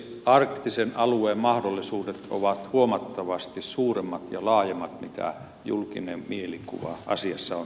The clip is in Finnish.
arktisen alueen mahdollisuudet ovat huomattavasti suuremmat ja laajemmat mitä julkinen mielikuva asiasta on